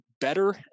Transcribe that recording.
better